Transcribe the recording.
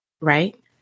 right